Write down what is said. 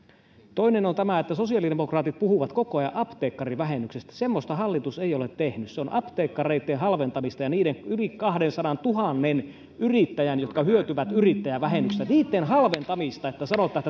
sitten se että sosiaalidemokraatit puhuvat koko ajan apteekkarivähennyksestä semmoista hallitus ei ole tehnyt se on apteekkareitten halventamista ja niiden yli kahdensadantuhannen yrittäjän jotka hyötyvät yrittäjävähennyksestä halventamista että sanotaan